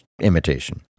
imitation